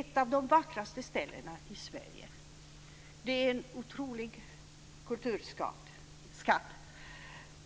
ett av de vackraste ställena i Sverige. Det är en otrolig kulturskatt.